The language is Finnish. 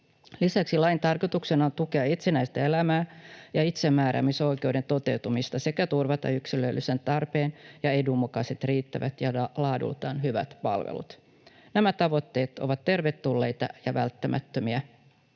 Lisäksi lain tarkoituksena on tukea itsenäistä elämää ja itsemääräämisoikeuden toteutumista sekä turvata yksilöllisen tarpeen ja edun mukaiset riittävät ja laadultaan hyvät palvelut. Nämä tavoitteet ovat tervetulleita ja välttämättömiä.